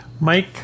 Mike